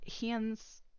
hands